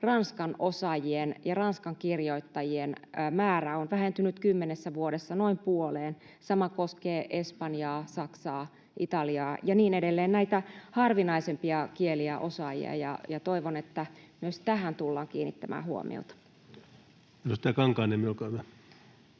ranskan osaajien ja ranskan kirjoittajien määrä on vähentynyt kymmenessä vuodessa noin puoleen. Sama koskee espanjaa, saksaa, italiaa ja niin edelleen, näiden harvinaisempien kielten osaajia. Toivon, että myös tähän tullaan kiinnittämään huomiota.